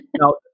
Now